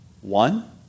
One